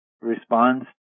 responds